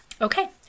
Okay